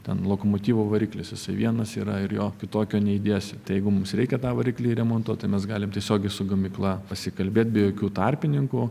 ten lokomotyvo variklis jisai vienas yra ir jo kitokio neįdėsi tai jeigu mums reikia tą variklį remontuot tai mes galim tiesiogiai su gamykla pasikalbėt be jokių tarpininkų